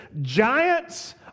Giants